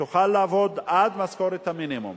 לעבוד עד משכורת המינימום